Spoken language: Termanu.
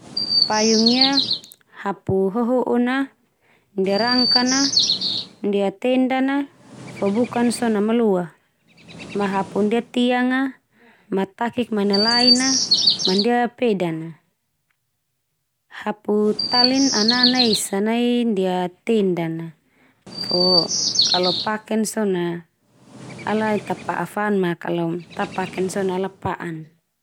Payung ia hapu hoho'on na, ndia rangka na, ndia tenda na fo bukan so na maloa. Ma Hapu ndia tiang a, ma takik manai lain a, ma ndia pedan na. Hapu talin anana esa nai ndia tenda na, fo kalau paken so na ala ta pa'a fan ma kalau ta paken so na ala pa'an.